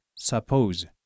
suppose